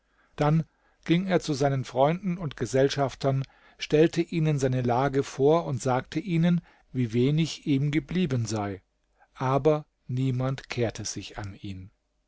dann ging er zu seinen freunden und gesellschaftern stellte ihnen seine lage vor und sagte ihnen wie wenig ihm geblieben sei aber niemand kehrte sich an ihn